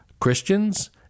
Christians